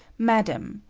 madam,